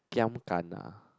giam gana